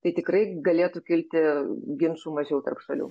tai tikrai galėtų kilti ginčų mažiau tarp šalių